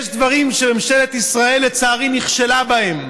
יש דברים שלצערי ממשלת ישראל נכשלה בהם.